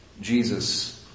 Jesus